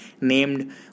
named